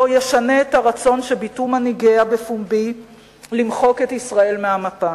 לא ישנה את הרצון שביטאו מנהיגיה בפומבי למחוק את ישראל מהמפה.